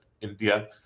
India